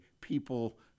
people